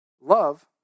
Love